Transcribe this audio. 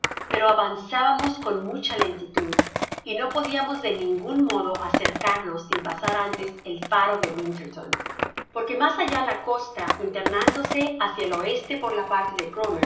ffero avanzábamos con mucha lentitud y no podiamos de ningun modo acercarnos sin pasar antes el faro de winterton porque mas allá la costa internándose hácia el oeste por la parti de